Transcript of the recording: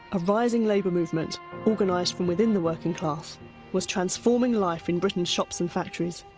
a rising labour movement organised from within the working class was transforming life in britain's shops and factories,